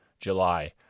July